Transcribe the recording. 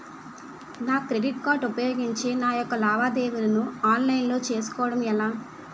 నా credit card ఉపయోగించి నా యెక్క లావాదేవీలను ఆన్లైన్ లో చేసుకోవడం ఎలా?